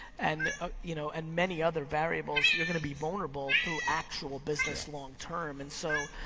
and ah you know and many other variables, you're gonna be vulnerable through actual business long term. and so